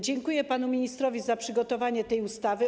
Dziękuję panu ministrowi za przygotowanie tej ustawy.